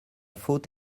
faute